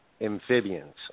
Amphibians